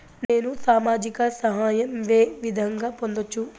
నేను సామాజిక సహాయం వే విధంగా పొందొచ్చు?